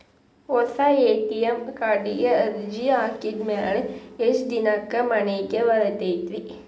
ಹೊಸಾ ಎ.ಟಿ.ಎಂ ಕಾರ್ಡಿಗೆ ಅರ್ಜಿ ಹಾಕಿದ್ ಮ್ಯಾಲೆ ಎಷ್ಟ ದಿನಕ್ಕ್ ಮನಿಗೆ ಬರತೈತ್ರಿ?